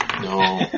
No